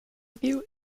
view